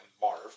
Marv